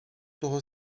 toho